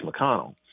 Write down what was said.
mcconnell